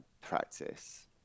practice